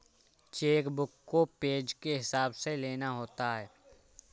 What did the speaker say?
check book को page के हिसाब से लेना होता है